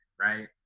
right